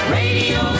radio